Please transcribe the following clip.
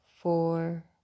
four